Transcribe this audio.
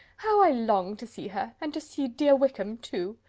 how i long to see her! and to see dear wickham too!